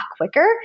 quicker